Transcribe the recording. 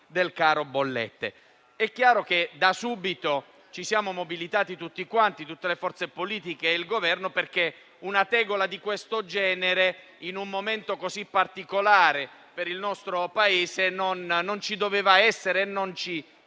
del caro bollette. Da subito ci siamo mobilitati tutti quanti, le forze politiche e il Governo, perché una tegola di questo genere, in un momento così particolare per il nostro Paese, non doveva e non